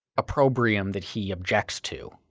opprobrium that he objects to.